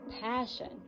passion